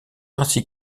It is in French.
ainsi